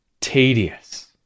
tedious